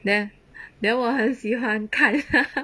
then then 我很喜欢看 haha